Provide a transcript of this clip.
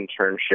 internship